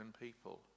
people